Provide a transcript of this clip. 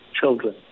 children